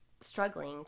struggling